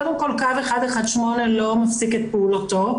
קודם כל קו 118 לא מפסיק את פעולתו,